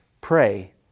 pray